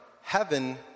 heaven